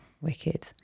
wicked